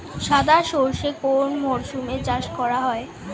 সাদা সর্ষে কোন মরশুমে চাষ করা হয়?